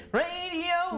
radio